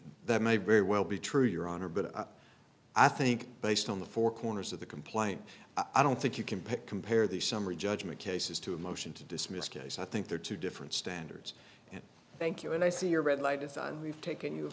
that may very well be true your honor but i think based on the four corners of the complaint i don't think you can pick compare these summary judgment cases to a motion to dismiss case i think there are two different standards and thank you and i see your red light is on we've taken you